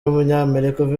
w’umunyamerika